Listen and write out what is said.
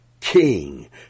King